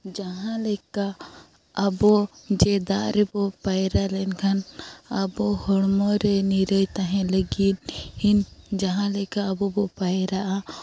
ᱡᱟᱦᱟᱸ ᱞᱮᱠᱟ ᱟᱵᱚ ᱡᱮ ᱫᱟᱜ ᱨᱮᱵᱚ ᱯᱟᱭᱨᱟ ᱞᱮᱱᱠᱷᱟᱱ ᱟᱵᱚ ᱦᱚᱲᱢᱚ ᱨᱮ ᱱᱤᱨᱟᱹᱭ ᱛᱟᱦᱮᱸ ᱞᱟᱜᱤᱫ ᱦᱤᱱ ᱡᱟᱦᱟᱸ ᱞᱮᱠᱟ ᱟᱵᱚ ᱵᱚ ᱯᱟᱭᱨᱟᱜᱼᱟ